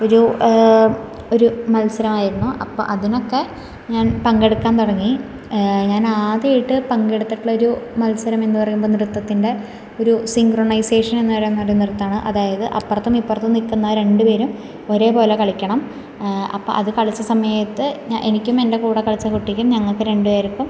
ഒരു ഒരു മത്സരമായിരുന്നു അപ്പം അതിനൊക്കെ ഞാൻ പങ്കെടുക്കാൻ തുടങ്ങി ഞാൻ ആദ്യമായിട്ട് പങ്കെടുത്തിട്ടുള്ളൊരു മത്സരം എന്ന് പറയുമ്പോൾ നൃത്തത്തിൻ്റെ ഒരു സിൻക്രൊണൈസേഷൻ എന്ന് പറയുന്നൊരു നൃത്തമാണ് അതായത് അപ്പുറത്തും ഇപ്പുറത്തും നിൽക്കുന്ന രണ്ട് പേരും ഒരേപോലെ കളിക്കണം അപ്പം അത് കളിച്ച സമയത്ത് എനിക്കും എൻ്റെ കൂടെ കളിച്ച കുട്ടിക്കും ഞങ്ങൾക്ക് രണ്ട് പേർക്കും